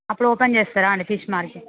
అప్పుడు ఓపెన్ చేస్తారా అండి ఫిష్ మార్కెట్